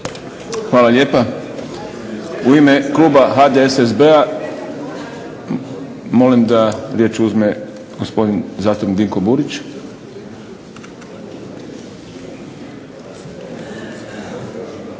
Hvala lijepa. U ime Kluba HDSSB-a molim da riječ uzme gospodin zastupnik Dinko Burić.